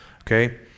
okay